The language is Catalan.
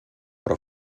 però